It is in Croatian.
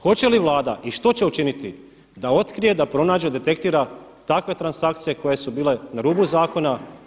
Hoće li Vlada i što će učiniti da otkrije, da pronađe, detektira takve transakcije koje su bile na rubu zakona?